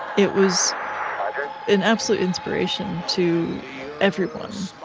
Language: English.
it was an absolute inspiration to everyone.